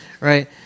Right